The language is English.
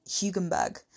Hugenberg